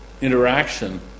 interaction